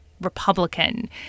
Republican